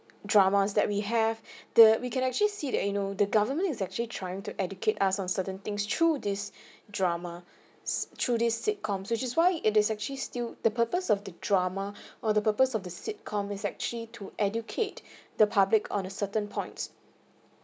drama is that we have the we can actually see that you know the government is actually trying to educate us on certain things through this drama through sitcoms which is why it is actually still the purpose of the drama or the purpose of the sitcom is actually to educate the public on a certain points